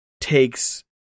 takes